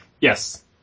Yes